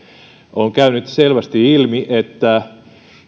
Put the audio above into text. on käynyt selvästi ilmi että